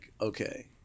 okay